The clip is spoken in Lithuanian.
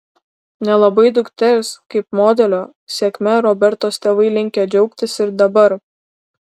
nelabai dukters kaip modelio sėkme robertos tėvai linkę džiaugtis ir dabar